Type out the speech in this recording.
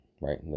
right